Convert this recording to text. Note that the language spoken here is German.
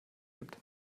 gibt